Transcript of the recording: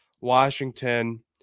Washington